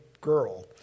girl